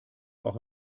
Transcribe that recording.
auch